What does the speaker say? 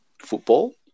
football